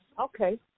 Okay